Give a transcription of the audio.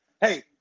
hey